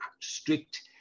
strict